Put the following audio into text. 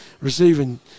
Receiving